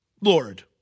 Lord